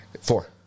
Four